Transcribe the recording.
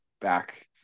back